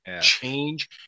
change